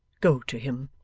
go to him